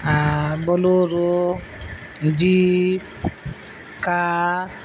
bolero jeep car